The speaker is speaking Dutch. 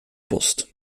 post